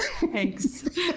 Thanks